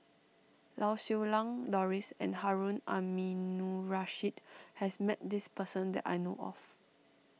Lau Siew Lang Doris and Harun Aminurrashid has met this person that I know of